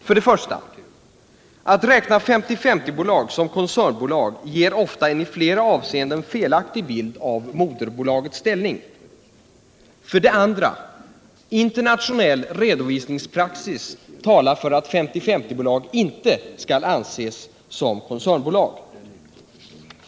För det första: Att räkna 50 50 bolag inte skall anses som koncernbolag.